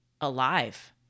alive